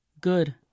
Good